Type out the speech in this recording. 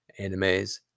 animes